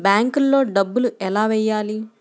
బ్యాంక్లో డబ్బులు ఎలా వెయ్యాలి?